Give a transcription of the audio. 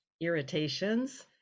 irritations